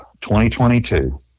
2022